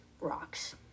rocks